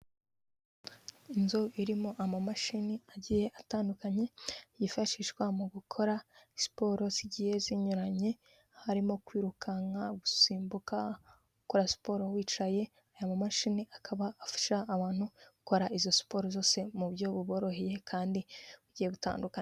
Inzu irimo amamashini agiye atandukanye yifashishwa mu gukora siporo zigiye zinyuranye harimo kwirukanka gusimbuka gukora siporo wicaye aya ma mashini akaba afasha abantu gukora izo siporo zose mu buryo buboroheye kandi bugiye gutandukana.